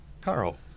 Carl